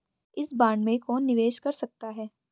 इस बॉन्ड में कौन निवेश कर सकता है?